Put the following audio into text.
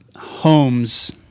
homes